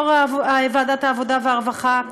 יו"ר ועדת העבודה והרווחה,